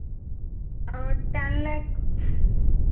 ten lakhs